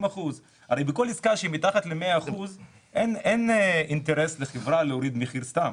הרי בכל עסקה שהיא מתחת ל-100% אין אינטרס לחברה להוריד מחיר סתם,